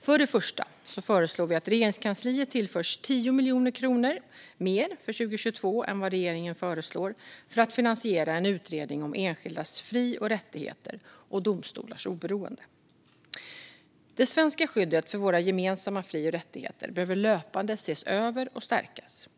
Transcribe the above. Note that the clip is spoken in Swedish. För det första föreslår vi att Regeringskansliet tillförs 10 miljoner kronor mer för 2022 än vad regeringen föreslår för att finansiera en utredning om enskildas fri och rättigheter och domstolars oberoende. Det svenska skyddet för våra gemensamma fri och rättigheter behöver löpande ses över och stärkas.